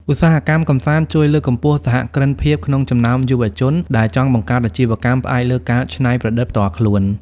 ឧស្សាហកម្មកម្សាន្តជួយលើកកម្ពស់សហគ្រិនភាពក្នុងចំណោមយុវជន ដែលចង់បង្កើតអាជីវកម្មផ្អែកលើការច្នៃប្រឌិតផ្ទាល់ខ្លួន។